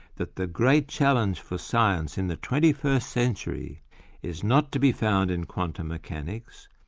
that the great challenge for science in the twenty-first century is not to be found in quantum mechanics,